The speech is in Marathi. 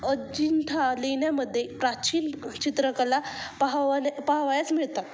अजिंठा लेण्यामध्ये प्राचीन चित्रकला पाहाणे पहावयास मिळतात